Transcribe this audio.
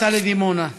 לדימונה.